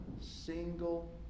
single